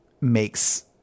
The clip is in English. makes